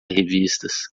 revistas